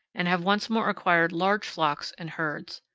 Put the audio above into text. and have once more acquired large flocks and herds.